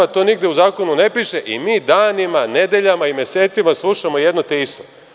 To nigde u zakonu ne piše i mi danima, nedeljama i mesecima slušamo jedno te isto.